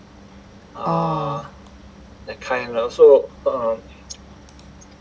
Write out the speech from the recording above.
oh